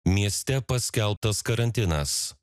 mieste paskelbtas karantinas